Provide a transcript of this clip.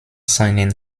seinen